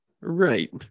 right